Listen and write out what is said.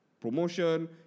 promotion